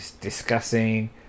discussing